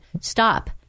Stop